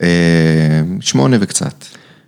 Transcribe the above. אממ שמונה וקצת.